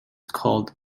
called